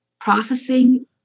processing